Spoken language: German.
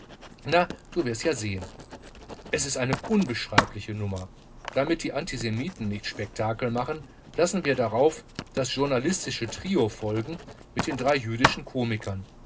na du wirst ja sehen es ist eine unbeschreibliche nummer damit die antisemiten nicht spektakel machen lassen wir darauf das journalistische trio folgen mit den drei jüdischen komikern